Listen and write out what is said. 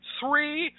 three